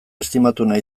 estimatuena